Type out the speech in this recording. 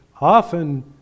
often